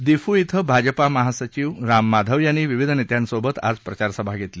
दिफू ििं भाजपा महासचिव राम माधव यांनी विविध नेत्यांसोबत आज प्रचारसभा घेतली